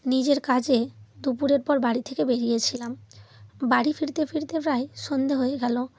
নিজের কাজে দুপুরের পর বাড়ি থেকে বেরিয়েছিলাম বাড়ি ফিরতে ফিরতে প্রায় সন্ধ্যে হয়ে গেল